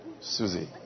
Susie